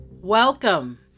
Welcome